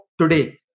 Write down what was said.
today